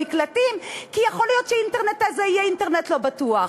במקלטים: כי יכול להיות שהאינטרנט הזה יהיה אינטרנט לא בטוח.